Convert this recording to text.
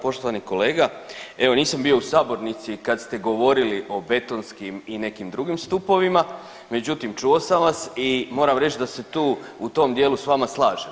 Poštovani kolega evo nisam bio u sabornici kad ste govorili o betonskim i nekim drugim stupovima, međutim čuo sam vas i moram reći da se tu u tom dijelu s vama slažem.